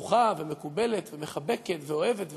פתוחה ומקבלת ומחבקת ואוהבת ואוהדת,